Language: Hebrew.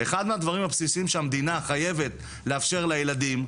אחד הדברים הבסיסיים שהמדינה חייבת לאפשר לילדים,